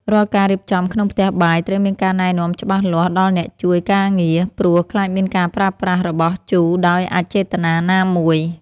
រាល់ការរៀបចំក្នុងផ្ទះបាយត្រូវមានការណែនាំច្បាស់លាស់ដល់អ្នកជួយការងារ ព្រោះ ខ្លាចមានការប្រើប្រាស់របស់ជូរដោយអចេតនាណាមួយ។